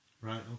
right